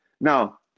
Now